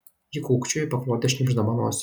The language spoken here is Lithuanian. ji kūkčiojo į paklodę šnypšdama nosį